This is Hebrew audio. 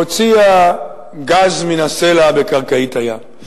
הוציאה גז מן הסלע בקרקעית הים.